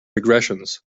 regressions